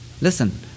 Listen